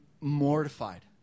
mortified